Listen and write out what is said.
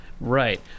Right